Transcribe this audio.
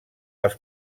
els